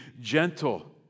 gentle